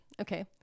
Okay